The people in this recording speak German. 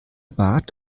bart